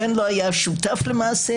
הבן לא היה שותף למעשיהם,